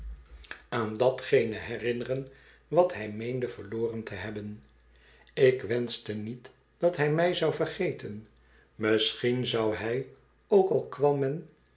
aan datgene herinneren wat hij meende verloren te hebben ik wenschte niet dat hij mij zou vergeten misschien zou hij ook al kwam